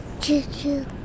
Choo-choo